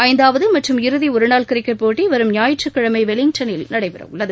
ஐந்தாவது மற்றும் இறுதி ஒரு நாள் கிரிக்கெட் போட்டி வரும் ஞாயிற்றுகிழமை வெலிங்டனில் நடைபெறவுள்ளது